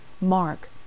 Mark